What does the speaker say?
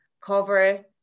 cover